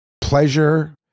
pleasure